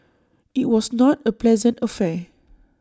IT was not A pleasant affair